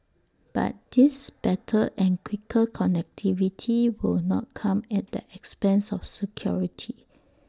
but this better and quicker connectivity will not come at the expense of security